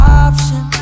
option